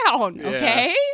okay